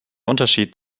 unterschied